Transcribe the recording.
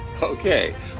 Okay